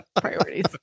Priorities